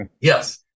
yes